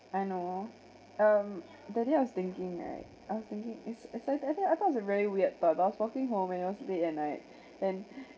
I know um that day I was thinking right I was thinking if I think I think I though it's a very weird thought I was walking home and it was late at night and